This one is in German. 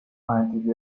meinte